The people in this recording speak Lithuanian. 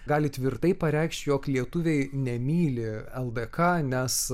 gali tvirtai pareikšt jog lietuviai nemyli ldk nes